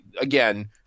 again